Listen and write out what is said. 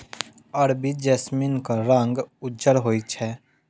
अरबी जैस्मीनक रंग उज्जर होइ छै